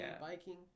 biking